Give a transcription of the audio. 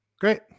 Great